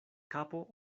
kapo